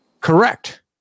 correct